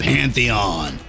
Pantheon